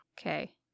Okay